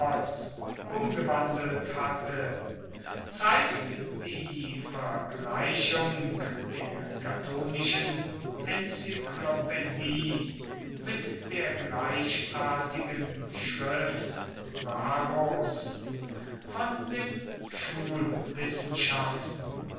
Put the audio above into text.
umgewandelt hatte zeigt die vergleichung der catonischen encyklopädie mit der gleichartigen schrift varros von den